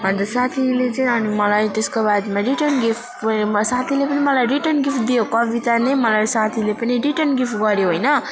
अन्त साथीले चाहिँ अनि मलाई त्यसको बादमा रिटर्न गिफ्ट भएर म साथीले पनि मलाई रिटर्न गिफ्ट दियो कविताले मलाई साथीले पनि रिटर्न गिफ्ट गर्यो होइन